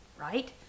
right